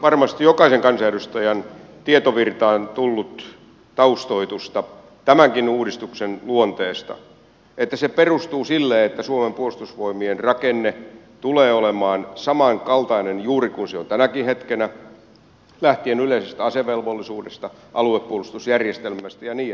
varmasti jokaisen kansanedustajan tietovirtaan on tullut taustoitusta tämänkin uudistuksen luonteesta sen verran että se perustuu siihen että suomen puolustusvoimien rakenne tulee olemaan juuri samankaltainen kuin se on tänäkin hetkenä lähtien yleisestä asevelvollisuudesta aluepuolustusjärjestelmästä ja niin edelleen